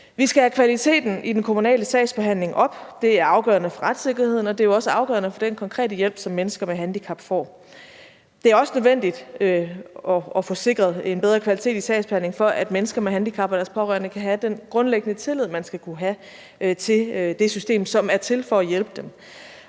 Vi skal have kvaliteten i den kommunale sagsbehandling op. Det er afgørende for retssikkerheden, og det er også afgørende for den konkrete hjælp, som mennesker med handicap får. Det er også nødvendigt at få sikret en bedre kvalitet i sagsbehandlingen, for at mennesker med handicap og deres pårørende kan have den grundlæggende tillid, man skal kunne have til det system, som er til for at hjælpe dem.